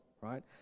right